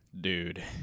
dude